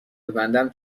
ببندم